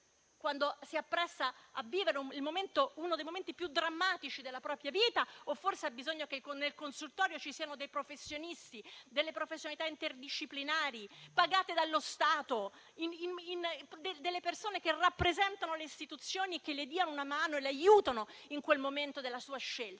quando si appresta a vivere uno dei momenti più drammatici della propria vita? O forse ha bisogno che nel consultorio ci siano dei professionisti, delle professionalità interdisciplinari, pagate dallo Stato, delle persone che rappresentano le istituzioni, che le diano una mano e la aiutino nel momento della sua scelta,